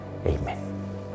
Amen